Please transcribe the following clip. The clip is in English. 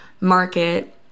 market